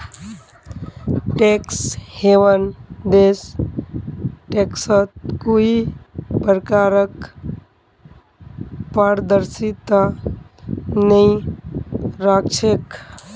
tax haven देश टैक्सत कोई प्रकारक पारदर्शिता नइ राख छेक